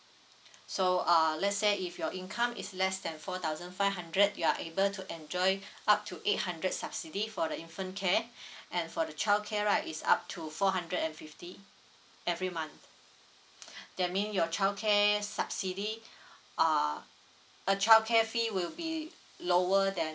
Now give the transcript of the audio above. so uh let's say if your income is less than four thousand five hundred you are able to enjoy up to eight hundred subsidy for the infant care and for the child care right is up to four hundred and fifty every month that mean your child care subsidy uh uh child care fee will be lower than